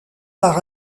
par